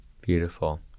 Beautiful